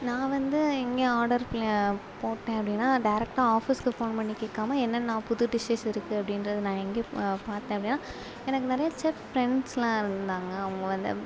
நான் வந்து எங்கேயும் ஆர்டர் போட்டேன் அப்படின்னா டேரெக்டாக ஆஃபிஸ்க்கு ஃபோன் பண்ணி கேட்காம என்னென்னா புது டிஷ்ஷஸ் இருக்கு அப்படின்றது நான் எங்கேயும் பார்த்தேன் அப்படின்னா எனக்கு நிறையா செஃப் ஃப்ரெண்ட்ஸ்லாம் இருந்தாங்க அவங்க வந்து